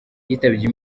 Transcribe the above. yitabye